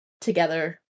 Together